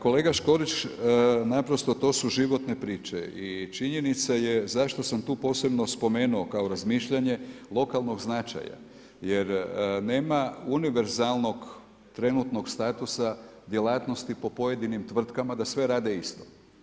Kolega Škorić, naprosto to su životne priče i činjenica zašto sam tu posebno spomenuo kao razmišljanje lokalnog značaja, jer nema univerzalnog trenutnog statusa djelatnosti po pojedinim tvrtkama da sve rade isto.